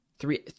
three